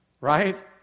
right